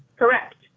correct.